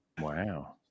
Wow